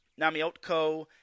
Namiotko